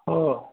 हो